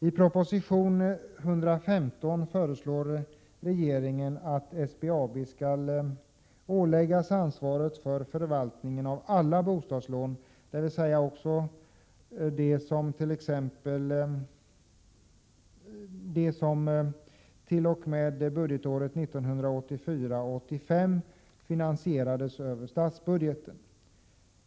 I proposition 1987 85 finansierades över statsbudgeten.